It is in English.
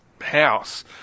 house